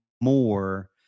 more